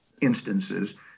instances